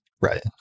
Right